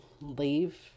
leave